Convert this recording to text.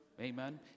Amen